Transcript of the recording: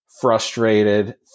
frustrated